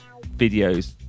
videos